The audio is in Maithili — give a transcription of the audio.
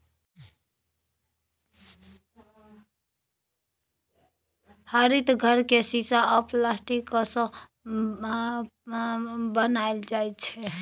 हरित घर केँ शीशा आ प्लास्टिकसँ बनाएल जाइ छै